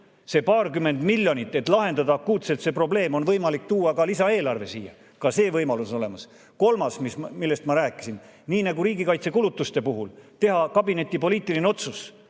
see paarkümmend miljonit, et lahendada see akuutne probleem, on võimalik tuua ka lisaeelarvega siia. Ka see võimalus on olemas. Kolmas asi, millest ma rääkisin: nii nagu riigikaitsekulutuste puhul teha kabineti poliitiline otsus,